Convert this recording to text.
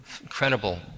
incredible